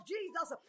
Jesus